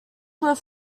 was